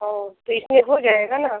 और तो इसमें हो जाएगा